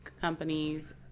companies